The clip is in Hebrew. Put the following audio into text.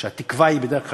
שהתקווה היא בדרך כלל,